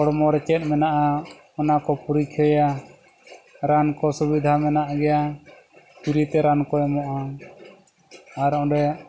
ᱦᱚᱲᱢᱚ ᱨᱮ ᱪᱮᱫ ᱢᱮᱱᱟᱜᱼᱟ ᱚᱱᱟ ᱠᱚ ᱯᱩᱨᱤᱠᱷᱟᱭᱟ ᱨᱟᱱ ᱠᱚ ᱥᱩᱵᱤᱫᱷᱟ ᱢᱮᱱᱟᱜ ᱜᱮᱭᱟ ᱯᱷᱨᱤ ᱛᱮ ᱨᱟᱱ ᱠᱚ ᱮᱢᱚᱜᱼᱟ ᱟᱨ ᱚᱸᱰᱮ